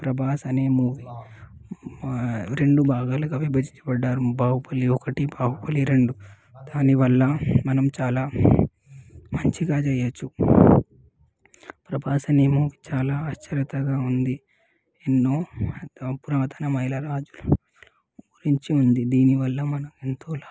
ప్రభాస్ అనే మూవీ రెండు భాగాలుగా విభజించబడ్డారు బాహుబలి ఒకటి బాహుబలి రెండు దానివల్ల మనం చాలా మంచిగా చేయొచ్చు ప్రభాస్ అనే మూవీ చాలా చరితగా ఉంది ఎన్నో పురానతమైన రాజులు గురించి ఉంది దీనివల్ల మనం ఎంతో లాభం